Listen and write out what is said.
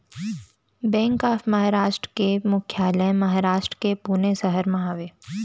bank of Maharashtra के मुख्यालय महारास्ट के पुने सहर म हवय